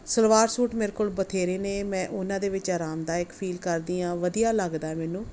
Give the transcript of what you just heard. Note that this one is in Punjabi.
ਸਲਵਾਰ ਸੂਟ ਮੇਰੇ ਕੋਲ ਬਥੇਰੇ ਨੇ ਮੈਂ ਉਹਨਾਂ ਦੇ ਵਿੱਚ ਆਰਾਮਦਾਇਕ ਫੀਲ ਕਰਦੀ ਹਾਂ ਵਧੀਆ ਲੱਗਦਾ ਏ ਮੈਨੂੰ